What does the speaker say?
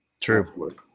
True